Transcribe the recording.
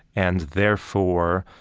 and therefore,